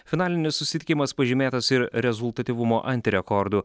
finalinis susitikimas pažymėtas ir rezultatyvumo antirekordu